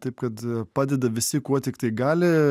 taip kad padeda visi kuo tiktai gali